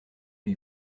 lui